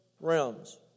realms